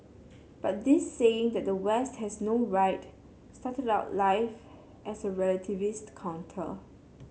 but this saying that the West has no right started out life as a relativist counter